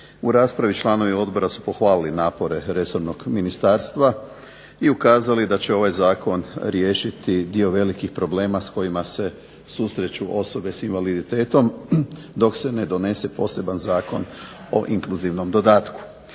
U raspravi članovi odbora su pohvalili napore resornog ministarstva i ukazali da će ovaj zakon riješiti dio velikih problema s kojima se susreću osobe s invaliditetom dok se ne donese poseban Zakon o inkluzivnom dodatku.